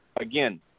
again